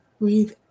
breathe